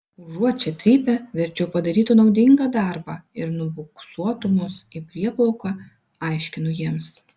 užuot čia trypę verčiau padarytų naudingą darbą ir nubuksuotų mus į prieplauką aiškinu jiems